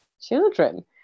children